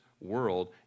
world